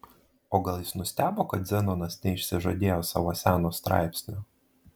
o gal jis nustebo kad zenonas neišsižadėjo savo seno straipsnio